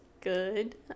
good